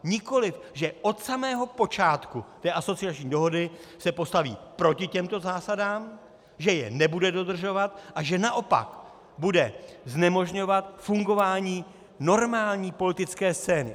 Nikoli že od samého počátku té asociační dohody se postaví proti těmto zásadám, že je nebude dodržovat, a že naopak bude znemožňovat fungování normální politické scény.